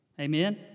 Amen